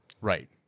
right